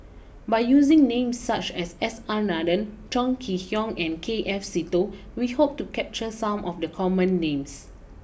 by using names such as S R Nathan Chong Kee Hiong and K F Seetoh we hope to capture some of the common names